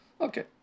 Okay